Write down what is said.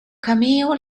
cameo